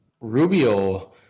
Rubio